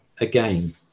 again